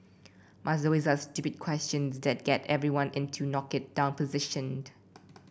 must always ask stupid questions that get everyone into knock it down position